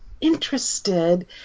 interested